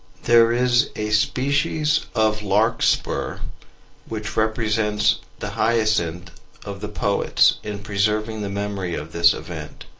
there is a species of larkspur which represents the hyacinth of the poets in preserving the memory of this event,